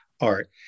art